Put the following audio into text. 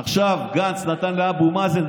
עכשיו גנץ נתן לאבו מאזן,